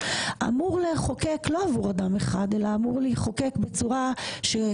אמור לחוקק לא עבור אדם אחד אלא אמור להיות מחוקק בצורה שקוראים